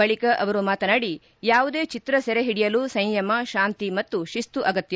ಬಳಿಕ ಅವರು ಯಾವುದೇ ಚಿತ್ರ ಸೆರೆ ಹಿಡಿಯಲು ಸಂಯಮ ಶಾಂತಿ ಮತ್ತು ಶಿಸ್ತು ಅಗತ್ಯ